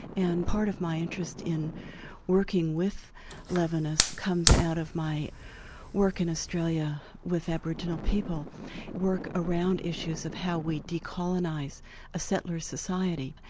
and part of my interest in working with levinas comes out of my work in australia with aboriginal people work around issues of how we decolonise a separate society.